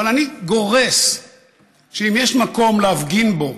אבל אני גורס שאם יש מקום להפגין בו,